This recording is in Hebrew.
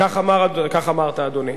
כך אמרת, אדוני.